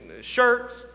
shirts